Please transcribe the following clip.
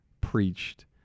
preached